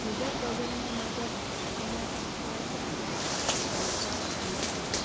যুৱ প্ৰজন্মৰ মাজত অসমীয়া ভাষাৰ প্ৰতি ভালপোৱা বৃদ্ধি হয়